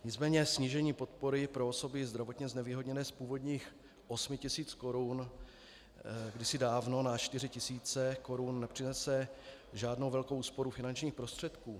Nicméně snížení podpory pro osoby zdravotně znevýhodněné z původních 8 000 korun kdysi dávno na 4 000 korun nepřinese žádnou velkou úsporu finančních prostředků.